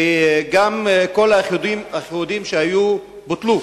וגם כל האיחודים שהיו בוטלו.